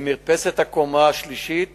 הקומה השלישית